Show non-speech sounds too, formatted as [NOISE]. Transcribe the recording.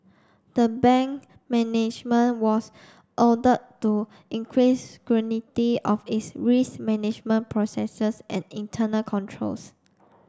the bank management was ordered to increase [UNINTELLIGIBLE] of its risk management processes and internal controls